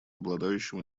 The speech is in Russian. обладающим